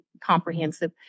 comprehensive